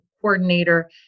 coordinator